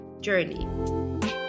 journey